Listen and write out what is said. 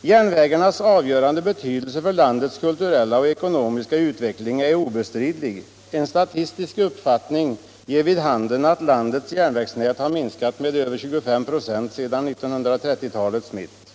”Järnvägarnas avgörande betydelse för landets kulturella och ekonomiska utveckling är obestridlig. En statistisk uppskattning ger vid handen att landets järnvägsnät har minskat med över 25 96 sedan 1930-talets mitt.